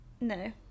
No